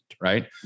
Right